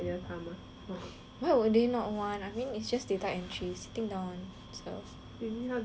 why would they not want I mean it's just data entry and sitting down and stuff